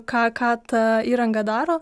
ką ką ta įranga daro